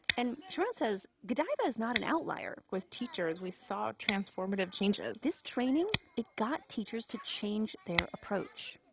and sharon says godaiva is not an outlier with teachers, we saw transformative changes this training, it got teachers to change their approach.